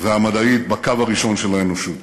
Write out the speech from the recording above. והמדעית בקו הראשון של האנושות.